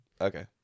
Okay